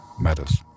matters